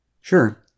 Sure